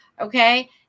Okay